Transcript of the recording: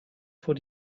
vor